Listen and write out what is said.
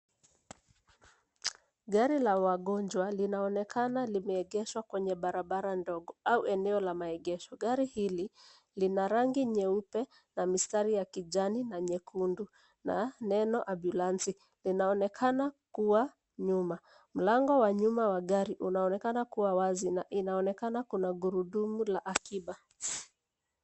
Gari la wagonjwa linaonekana limeegeshwa kwenye barabara ndogo au eneo la maegesho. Gari hili lina rangi nyeupe na mistari ya kijani na nyekundu na neno ambyulansi linaonekana kuwa nyuma. Mlango wa nyuma wa gari unaonekana kuwa wazi na inaonekana kuna gurudumu la akiba.